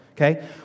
okay